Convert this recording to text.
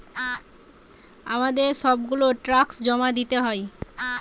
আমাদের সব গুলা ট্যাক্স জমা দিতে হয়